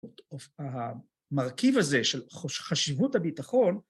‫המרכיב הזה של חשיבות הביטחון...